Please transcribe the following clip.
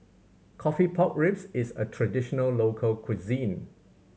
coffee pork ribs is a traditional local cuisine